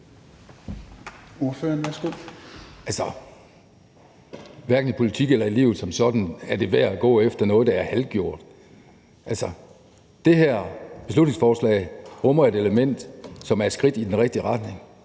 Hverken i politik eller i livet som sådan er det værd at gå efter noget, der er halvgjort. Altså, det her beslutningsforslag rummer et element, som er et skridt i den rigtige retning.